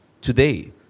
today